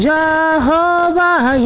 Jehovah